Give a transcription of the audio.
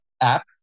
app